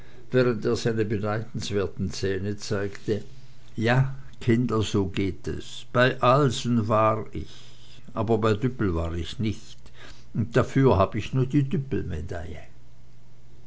während er seine beneidenswerten zähne zeigte ja kinder so geht es bei alsen war ich aber bei düppel war ich nich und dafür hab ich nu die